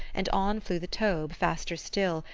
and on flew the taube, faster still,